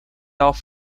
off